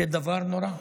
זה דבר נורא.